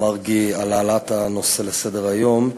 מרגי על העלאת הנושא לסדר-היום.